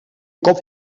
cop